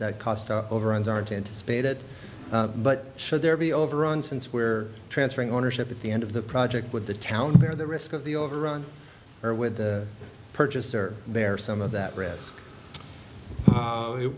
that cost overruns aren't anticipated but should there be overrun since we're transferring ownership at the end of the project with the town where the risk of the overrun or with the purchaser there some of that risk